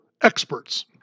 experts